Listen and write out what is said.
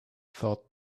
thought